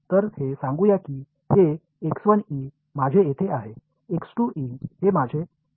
तर हे सांगूया की हे माझे येथे आहे हे माझे येथे आहे